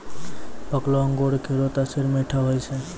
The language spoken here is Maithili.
पकलो अंगूर केरो तासीर मीठा होय छै